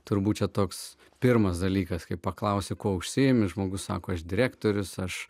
turbūt toks pirmas dalykas kai paklausiu kuo užsiėmęs žmogus sako aš direktorius aš